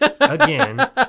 Again